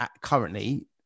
currently